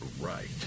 right